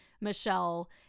michelle